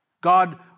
God